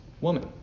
woman